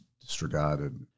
disregarded